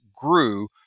grew